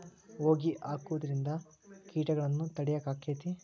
ಹೊಗಿ ಹಾಕುದ್ರಿಂದ ಕೇಟಗೊಳ್ನ ತಡಿಯಾಕ ಆಕ್ಕೆತಿ?